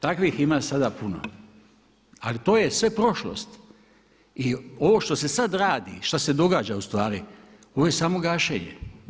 Takvih ima sada puno, ali to je sve prošlost i ovo što se sad radi, što se događa ustvari ovo je samo gašenje.